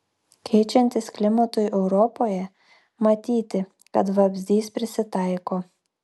keičiantis klimatui europoje matyti kad vabzdys prisitaiko